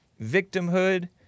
victimhood